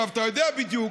אתה יודע בדיוק,